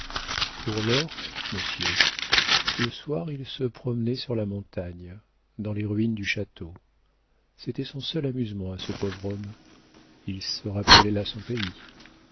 pour lors monsieur le soir il se promenait sur la montagne dans les ruines du château c'était son seul amusement à ce pauvre homme il se rappelait là son pays